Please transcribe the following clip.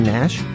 Nash